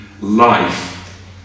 life